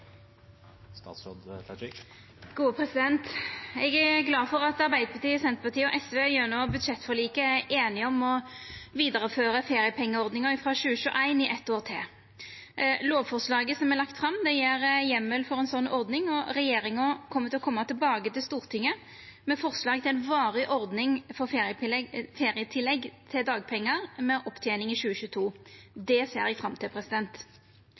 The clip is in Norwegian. Eg er glad for at Arbeidarpartiet, Senterpartiet og SV gjennom budsjettforliket er einige om å vidareføra feriepengeordninga frå 2021 i eitt år til. Lovforslaget som er lagt fram, gjev heimel for ei sånn ordning, og regjeringa vil koma tilbake til Stortinget med forslag til ei varig ordning for ferietillegg til dagpengar med opptening i 2022. Det ser eg fram til.